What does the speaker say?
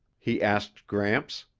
he asked gramps.